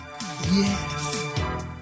Yes